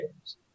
games